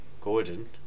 Gordon